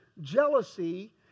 jealousy